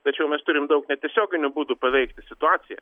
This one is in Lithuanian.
tačiau mes turim daug netiesioginių būdų paveikti situaciją